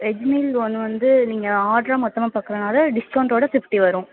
veg meal ஒன்று வந்து நீங்கள் ஆடரா மொத்தமாக பார்க்குறதுனால டிஸ்கவுண்ட்டோட ஃபிஃப்டி வரும்